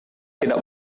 tidak